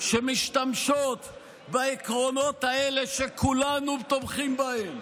שמשתמשות בעקרונות האלה שכולנו תומכים בהם